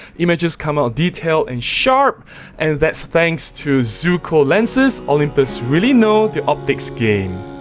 images come out detailed and sharp and that's thanks to zuiko lenses. olympus really knows the optics game.